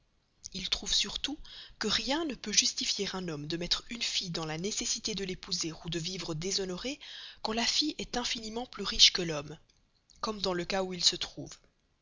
il trouve surtout que rien ne peut justifier un homme de mettre une fille dans la nécessité de l'épouser ou de vivre déshonorée quand la fille est infiniment plus riche que l'homme comme dans le cas où il se trouve